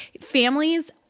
Families